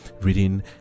Reading